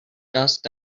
dust